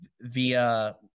via